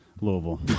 louisville